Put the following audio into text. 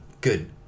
Good